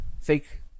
Fake